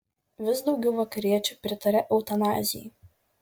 vis daugiau vakariečių pritaria eutanazijai